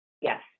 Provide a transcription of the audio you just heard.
Yes